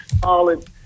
solid